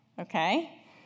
Okay